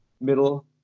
middle